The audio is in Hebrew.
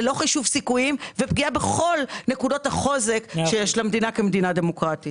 ללא חישוב סיכויים ופגיעה בכל נקודות החוזק שיש למדינה כמדינה דמוקרטית.